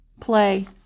play